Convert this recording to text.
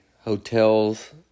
hotels